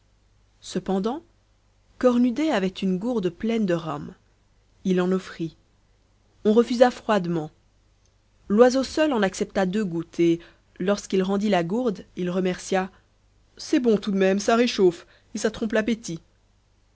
cependant cornudet avait une gourde pleine de rhum il en offrit on refusa froidement loiseau seul en accepta deux gouttes et lorsqu'il rendit la gourde il remercia c'est bon tout de même ça réchauffe et ça trompe l'appétit